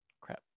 Crap